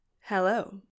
Hello